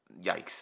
Yikes